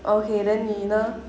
okay then 你呢